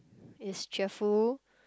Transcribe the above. is cheerful